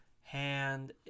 hand